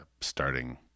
starting